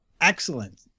Excellent